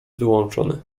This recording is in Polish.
wyłączony